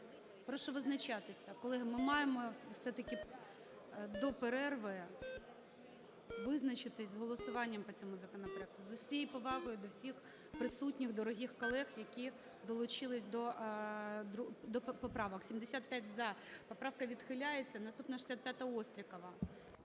Прошу визначатися. Колеги, ми маємо все-таки до перерви визначитись з голосуванням по цьому законопроекту. З усією повагою до всіх присутніх дорогих колег, які долучились до поправок. 13:42:21 За-75 Поправка відхиляється. Наступна - 65-а, Острікова.